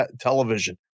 television